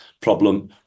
problem